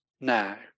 now